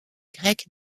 grecque